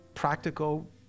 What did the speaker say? Practical